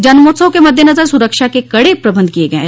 जन्मोत्सव के मद्देनजर सुरक्षा के कड़े प्रबंध किये गये हैं